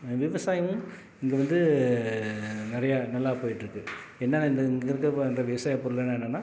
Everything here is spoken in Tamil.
விவசாயமும் இங்கே வந்து நிறையா நல்லா போயிட்ருக்கு என்னென்னா இந்த இங்கே இருக்கற பண்ணுற விவசாயப் பொருள்லாம் என்னென்னனா